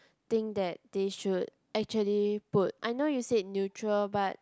think that they should actually put I know you said neutral but